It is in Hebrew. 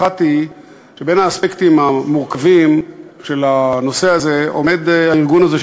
האחת היא שבין האספקטים המורכבים של הנושא הזה עומד הארגון הזה,